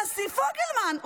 הנשיא פוגלמן.